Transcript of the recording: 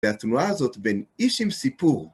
והתמורה הזאת בין איש עם סיפור.